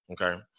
okay